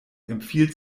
empfiehlt